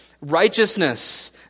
Righteousness